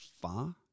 far